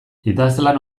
idazlan